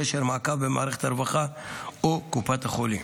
קשר ומעקב במערכת הרווחה או קופות החולים.